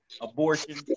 abortion